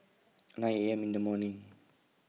nine A M in The morning